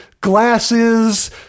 glasses